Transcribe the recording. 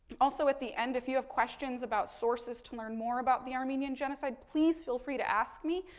also, at the end, if you have questions about sources to learn more about the armenian genocide, please, feel free to ask me.